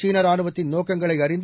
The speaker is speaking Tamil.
சீன ராணுவத்தின் நோக்கங்களை அறிந்து